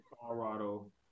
Colorado